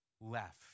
left